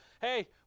Hey